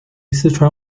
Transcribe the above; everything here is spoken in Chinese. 四川